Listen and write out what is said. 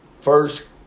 first